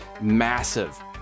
massive